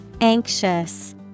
Anxious